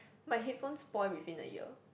my headphone spoil within a year